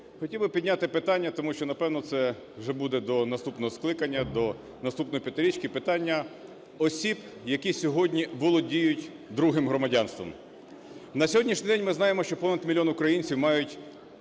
хотів би підняти питання, тому що, напевно, це вже буде до наступного скликання, до наступної п'ятирічки, питання осіб, які сьогодні володіють другим громадянством. На сьогоднішній день ми знаємо, що понад мільйон українців мають